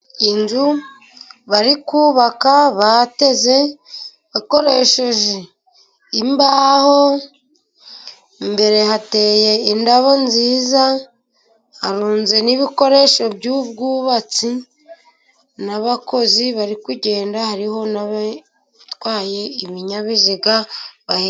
Inzu bari kubaka bateze bakoresheje imbaho, imbere hateye indabo nziza harunze n'ibikoresho by'ubwubatsi, n'abakozi bari kugenda hariho n'abatwaye ibinyabiziga bahe.....